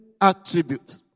attribute